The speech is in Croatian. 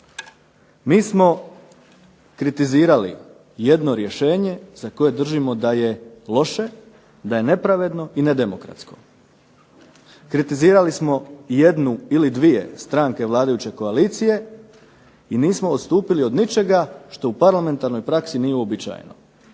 Mi smo kritizirali jedno rješenje za koje držimo da je loše, da je nepravedno i nedemokratsko. Kritizirali smo jednu ili dvije stranke vladajuće koalicije i nismo odstupili od ničega što u parlemantarnoj praksi nije uobičajeno.